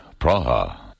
Praha